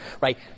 right